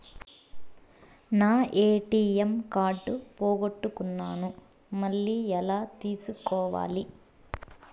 నా ATM card పోగొట్టుకున్నాను, మళ్ళీ ఎలా తీసుకోవాలి?